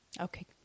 Okay